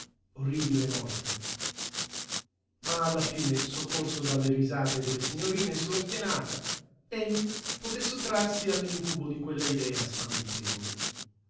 orribile morte ma alla fine soccorso dalle risate delle signorine su la spianata egli poté sottrarsi all'incubo di quella idea